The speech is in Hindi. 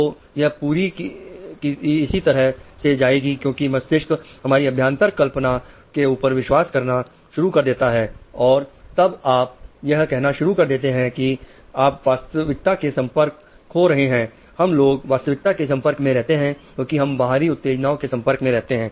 तो यह पूरी की इसी तरह से जाएगी क्योंकि मस्तिष्क हमारी अभ्यांतर कल्पना ऊपर विश्वास करना शुरू कर देता है और तब आप यह कहना शुरू कर देते हैं कि आप वास्तविकता से संपर्क खो रहे हैं हम लोग वास्तविकता के संपर्क में रहते हैं क्योंकि हम बाहरी उत्तेजनाओं के संपर्क में रहते हैं